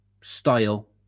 style